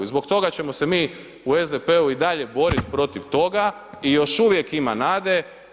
I zbog toga ćemo se mi u SDP-u i dalje boriti protiv toga i još uvijek ima nade.